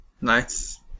Nice